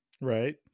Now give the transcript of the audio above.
right